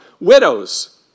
widows